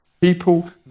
People